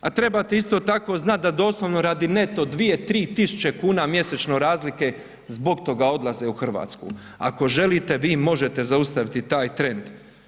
A trebate isto tako znati da doslovni radi neto 2, 3 tisuće kuna mjesečno razlike, zbog toga odlaze u Hrvatsku, ako želite, vi možete zaustaviti taj trend.